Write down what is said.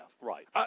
Right